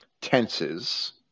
tenses